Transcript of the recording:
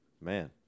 man